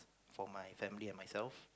for my family and myself